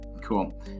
cool